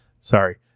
Sorry